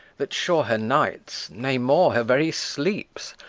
that sure her nights, nay, more, her very sleeps,